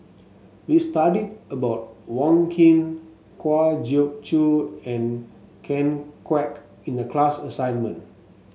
we studied about Wong Keen Kwa Geok Choo and Ken Kwek in the class assignment